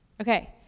Okay